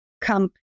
come